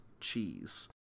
Cheese